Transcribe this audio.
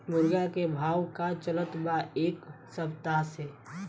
मुर्गा के भाव का चलत बा एक सप्ताह से?